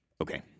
okay